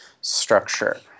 structure